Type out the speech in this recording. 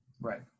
Right